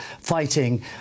fighting